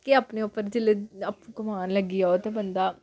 के अपने उप्पर जेल्लै आपूं कमान लग्गी जाओ ते बंदा